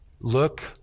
Look